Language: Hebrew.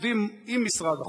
עובדים עם משרד החוץ?